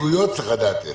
לדעת איך.